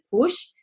push